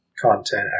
content